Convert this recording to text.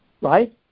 Right